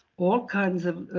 all kinds of